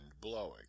blowing